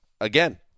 again